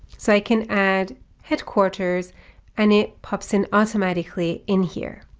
so i can add headquarters and it pops in automatically in here.